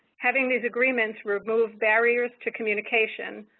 having these agreements remove barriers to communication,